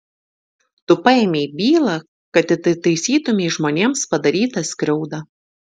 tu paėmei bylą kad atitaisytumei žmonėms padarytą skriaudą